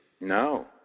No